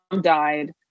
died